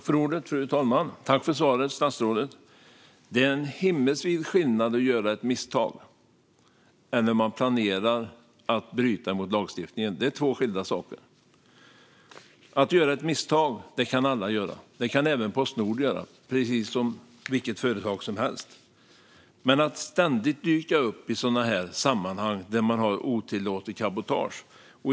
Fru talman! Tack för svaret, statsrådet! Det är en himmelsvid skillnad mellan att begå ett misstag och att planera att bryta mot lagstiftningen. Det är två skilda saker. Begå ett misstag kan alla göra. Det kan även Postnord göra, precis som vilket företag som helst. Men det är en annan sak att ständigt dyka upp i sammanhang med otillåtet cabotage.